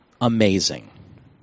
amazing